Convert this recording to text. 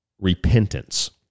repentance